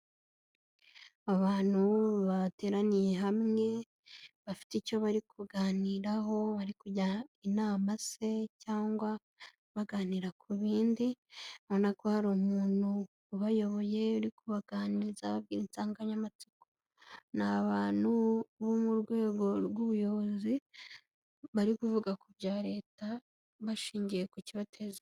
Abantu bateraniye hamwe bafite icyo bari kuganiraho bari kujya inama se cyangwa baganira ku bindi, ubona ko hari umuntu ubayoboye uri kubaganiriza ababwira insanganyamatsiko, ni abantu bo mu rwego rw'ubuyobozi bari kuvuga ku bya leta bashingiye ku kibateza.